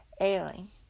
ailing